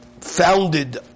founded